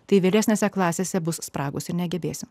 tai vyresnėse klasėse bus spragos ir negebėsime